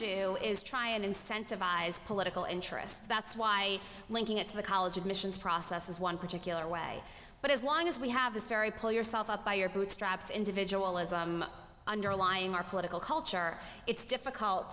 do is try and incentivize political interest that's why linking it to the college admissions process is one particular way but as long as we have this very pull yourself up by your bootstraps individual as underlying our political culture it's difficult